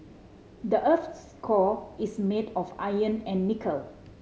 the earth's core is made of iron and nickel